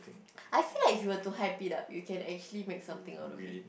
I feel like if you were to hype it up you can actually make something out of it